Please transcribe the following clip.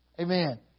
Amen